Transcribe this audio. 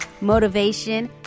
motivation